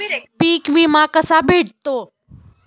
पीक विमा कसा भेटतो?